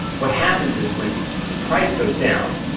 what happens is when the price goes down,